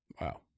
Wow